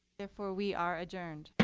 therefore, we are adjourned.